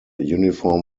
uniform